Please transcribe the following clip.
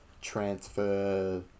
transfer